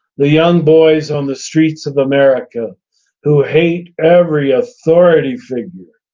the young boys on the streets of america who hate every authority figure,